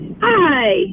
Hi